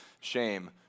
shame